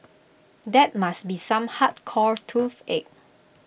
that must be some hardcore toothache